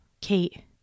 Kate